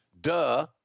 Duh